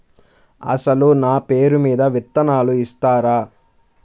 అసలు నా పేరు మీద విత్తనాలు ఇస్తారా?